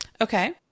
okay